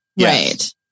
right